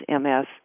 MS